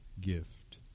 gift